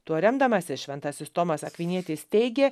tuo remdamasis šventasis tomas akvinietis teigė